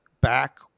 back